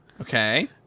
Okay